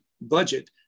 budget